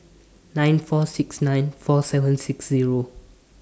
nine four six nine four seven six Zero